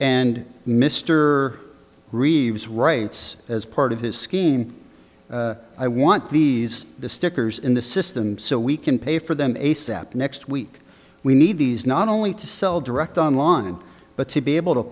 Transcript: and mr reeves writes as part of his scheme i want these stickers in the system so we can pay for them asap next week we need these not only to sell direct on line but to be able to